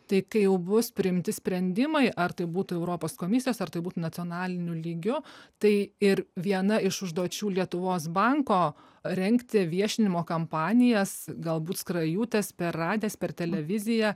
tai kai jau bus priimti sprendimai ar tai būtų europos komisijos ar tai būtų nacionaliniu lygiu tai ir viena iš užduočių lietuvos banko rengti viešinimo kampanijas galbūt skrajutes per radijas per televiziją